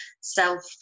self-